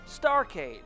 Starcade